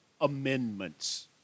amendments